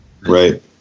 Right